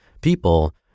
people